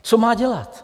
Co má dělat?